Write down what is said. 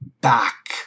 back